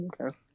Okay